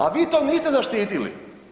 A vi to niste zaštitili.